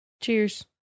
Cheers